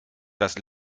das